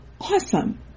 Awesome